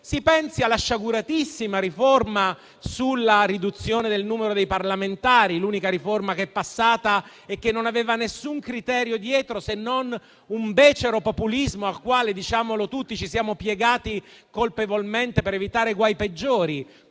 Si pensi alla sciaguratissima riforma sulla riduzione del numero dei parlamentari, l'unica riforma che è passata e che non aveva nessun criterio dietro, se non un becero populismo al quale tutti ci siamo piegati colpevolmente per evitare guai peggiori.